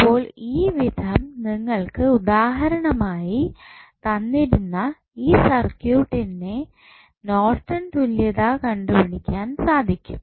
അപ്പോൾ ഈ വിധം നിങ്ങൾക്ക് ഉദാഹരണമായി തന്നിരുന്ന ഈ സർക്യൂട്ട്ൻറെ നോർട്ടൺ തുല്യതാ കണ്ടുപിടിക്കാൻ സാധിക്കും